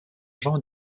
jean